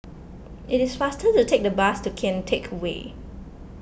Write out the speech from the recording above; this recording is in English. it is faster to take the bus to Kian Teck Way